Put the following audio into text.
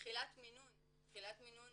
תחילת מינון תחילת מינון